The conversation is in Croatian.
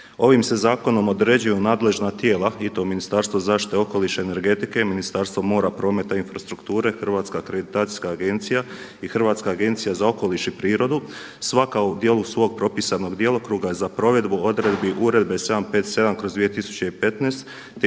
Ovim se zakonom određuju nadležna tijela i to Ministarstvo zaštite okoliša i energetike i Ministarstvo mora, prometa i infrastrukture, Hrvatska akreditacijska agencija i Hrvatska agencija za okoliš i prirodu svaka u dijelu svog propisanog djelokruga za provedbu odredbi Uredbe 757/2015, te